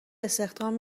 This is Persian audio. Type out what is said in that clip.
استخدام